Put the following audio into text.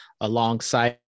Alongside